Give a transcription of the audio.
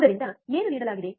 ಆದ್ದರಿಂದ ಏನು ನೀಡಲಾಗಿದೆ